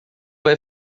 vai